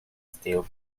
still